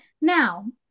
Now